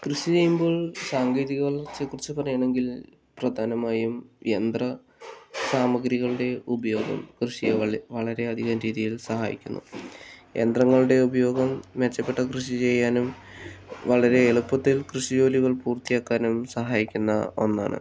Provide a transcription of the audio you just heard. കൃഷി ചെയ്യുമ്പോൾ സാങ്കേതിക വളർച്ചയെ കുറിച്ച് പറയുകയാണെങ്കിൽ പ്രധാനമായും യന്ത്ര സാമഗ്രികളുടെ ഉപയോഗം കൃഷിയെ വളരെ വളരെയധികം രീതിയിൽ സഹായിക്കുന്നു യന്ത്രങ്ങളുടെ ഉപയോഗം മെച്ചപ്പെട്ട കൃഷി ചെയ്യാനും വളരെ എളുപ്പത്തിൽ കൃഷി ജോലികൾ പൂർത്തിയാക്കാനും സഹായിക്കുന്ന ഒന്നാണ്